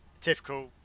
typical